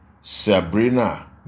Sabrina